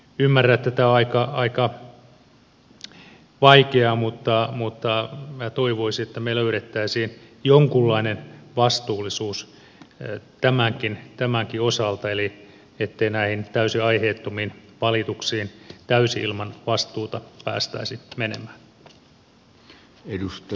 ymmärrän että tämä on aika vaikeaa mutta minä toivoisin että me löytäisimme jonkunlaisen vastuullisuuden tämänkin osalta eli ettei näihin täysin aiheettomiin valituksiin täysin ilman vastuuta päästäisi menemään